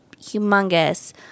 humongous